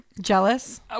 Jealous